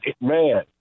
man